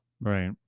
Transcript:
Right